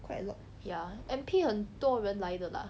ya N_P 很多人来的 lah